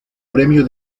premio